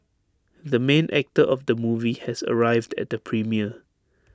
the main actor of the movie has arrived at the premiere